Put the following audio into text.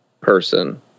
person